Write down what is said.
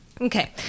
Okay